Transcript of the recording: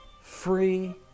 free